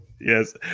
Yes